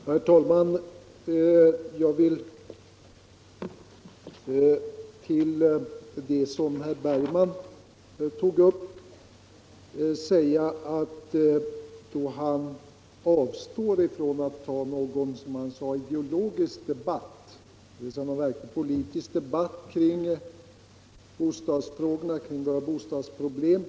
Herr talman! Herr Bergman sade att han avstår från att ta en ideologisk debatt, dvs. en politisk debatt i egentlig mening, om våra bostadsproblem.